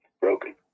broken